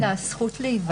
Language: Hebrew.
השהות.